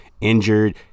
injured